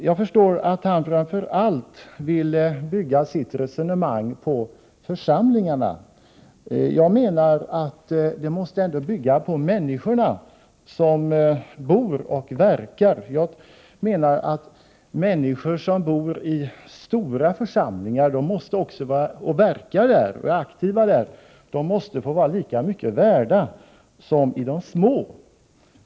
Jag förstår att han framför allt vill bygga sitt resonemang på församlingarna, medan jag anser att vi måste bygga på människorna som bor och verkar i församlingarna. Människor som bor, verkar och är aktiva i stora församlingar måste vara lika mycket värda som människor i de små.